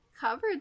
covered